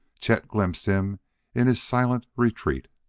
chet glimpsed him in his silent retreat.